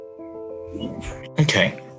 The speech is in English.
Okay